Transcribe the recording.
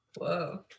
whoa